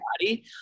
body